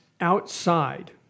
outside